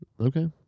Okay